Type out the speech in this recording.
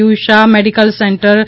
you Shah medical centre C